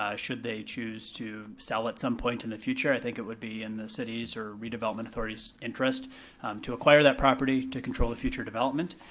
should they choose to sell at some point in the future, i think it would be in the city's or redevelopment authority's interest to acquire that property to control the future development.